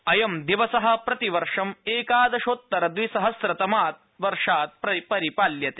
अयं दिवस प्रतिवर्ष ं एकादशोत्तर द्विसहस्रतमात् वर्षात् परिपाल्यते